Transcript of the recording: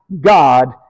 God